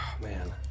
Man